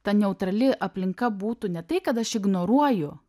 ta neutrali aplinka būtų ne tai kad aš ignoruoju